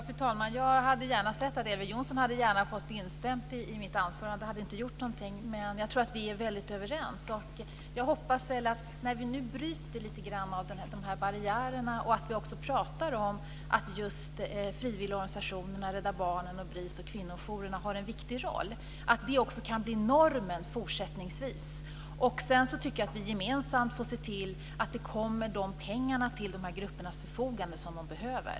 Fru talman! Elver Jonsson hade gärna fått instämma i mitt anförande. Det hade inte gjort någonting. Jag tror att vi är väldigt överens. Jag hoppas att vi när vi nu bryter lite grann av barriärerna också talar om att frivilligorganisationerna, Rädda Barnen, Bris och kvinnojourerna har en viktig roll. Det kan också blir normen fortsättningsvis. Sedan får vi gemensamt se till att grupperna får de pengar till sitt förfogande som de behöver.